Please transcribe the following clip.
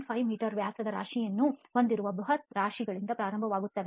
5 metre ವ್ಯಾಸದ ರಾಶಿಯನ್ನು ಹೊಂದಿರುವ ಬೃಹತ್ ರಾಶಿಗಳಿಂದ ಪ್ರಾರಂಭವಾಗುತ್ತವೆ